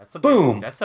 Boom